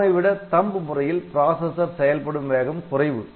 ARM ஐ விட THUMB முறையில் பிராசஸர் செயல்படும் வேகம் குறைவு